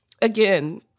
again